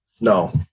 No